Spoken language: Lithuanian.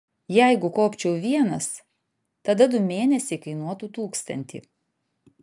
jeigu kopčiau vienas tada du mėnesiai kainuotų tūkstantį